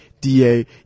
DA